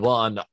one